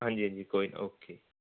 ਹਾਂਜੀ ਹਾਂਜੀ ਕੋਈ ਨਾ ਓਕੇ